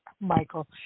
Michael